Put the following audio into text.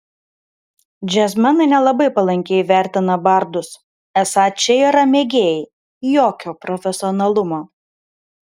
džiazmenai nelabai palankiai vertina bardus esą čia yra mėgėjai jokio profesionalumo